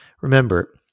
Remember